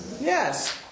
Yes